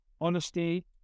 honesty